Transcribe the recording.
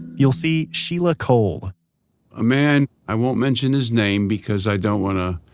you'll see sheila cole a man, i won't mention his name because i don't want to